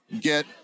get